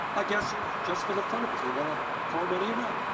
i guess just for the fun of it they want to throw money around.